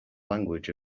language